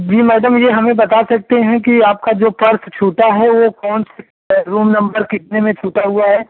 जी madam ये हमें बता सकते हैं कि आपका जो पर्स छूटा है वो कौन से रूम नंबर कितने में छूटा हुआ है